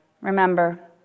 remember